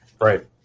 Right